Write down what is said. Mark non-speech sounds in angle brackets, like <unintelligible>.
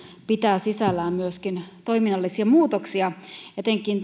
pitää sisällään myöskin toiminnallisia muutoksia etenkin <unintelligible>